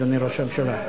אדוני ראש הממשלה.